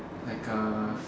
like a